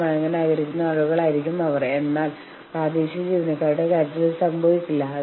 നിങ്ങൾ പണിമുടക്കിയാൽ അത് എന്റെ ലാഭത്തിൽ ഒരു മാറ്റവും ഉണ്ടാക്കാൻ പോകുന്നില്ല